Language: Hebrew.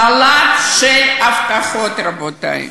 סלט של הבטחות, רבותי.